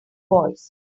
voice